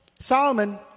Solomon